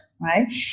Right